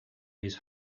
his